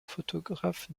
photographe